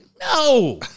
No